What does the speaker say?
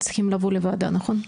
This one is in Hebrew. צריכים לוועדה נכון?